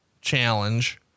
challenge